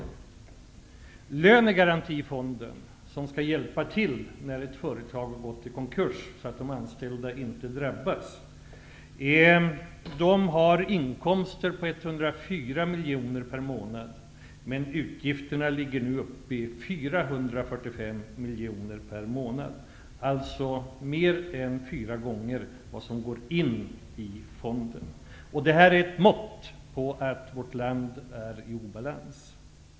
Lönegarantifonden, som skall hjälpa till när ett företag gått i konkurs, så att de anställda inte drabbas, har inkomster på 104 miljoner kronor per månad, men utgifterna är nu uppe i 445 miljoner kronor per månad, alltså mer än fyra gånger vad som går in i fonden. Det här är ett mått på att vårt land är i obalans.